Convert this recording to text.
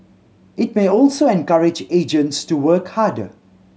it may also encourage agents to work harder